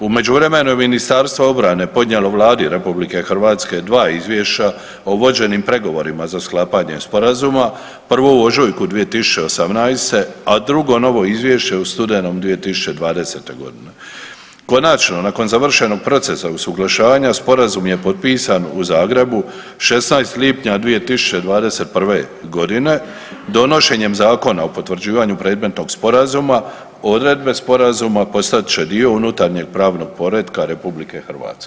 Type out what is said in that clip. U međuvremenu je Ministarstvo obrane podnijelo Vladi RH 2 izvješća o vođenim pregovorima za sklapanje Sporazuma, prvo u ožujku 2018., a drugo novo izvješće u studenom 2020. g. Konačno, nakon završenog procesa usuglašavanja, Sporazum je potpisan u Zagrebu 16. lipnja 2021. g. donošenje zakona o potvrđivanju predmetnog Sporazuma, odredbe Sporazuma postat će dio unutarnjeg pravnog poretka RH.